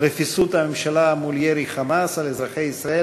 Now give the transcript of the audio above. רפיסות הממשלה מול ירי ה"חמאס" על אזרחי ישראל